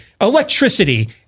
electricity